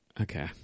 Okay